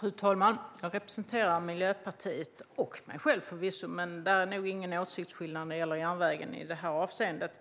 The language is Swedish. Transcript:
Fru talman! Jag representerar Miljöpartiet och mig själv förvisso. Men det är nog ingen åsiktsskillnad när det gäller järnvägen i det här avseendet.